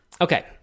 okay